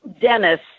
Dennis